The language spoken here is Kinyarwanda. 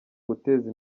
guteza